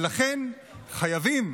ולכן חייבים,